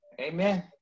Amen